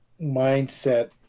mindset